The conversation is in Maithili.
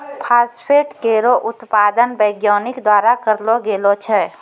फास्फेट केरो उत्पादन वैज्ञानिक द्वारा करलो गेलो छै